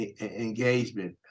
engagement